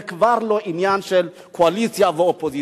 זה כבר לא עניין של קואליציה ואופוזיציה.